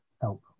help